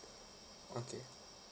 okay